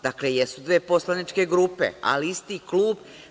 Dakle, jesu dve poslaničke grupe, ali isti klub.